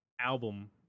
album